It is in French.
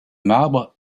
marbre